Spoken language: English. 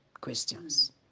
questions